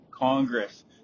Congress